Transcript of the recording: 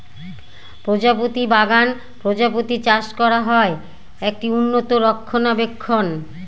প্রজাপতি বাগান প্রজাপতি চাষ করা হয়, একটি উন্নত রক্ষণাবেক্ষণ